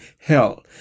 hell